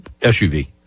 SUV